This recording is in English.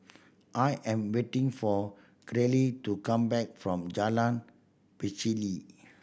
I am waiting for Caryl to come back from Jalan Pacheli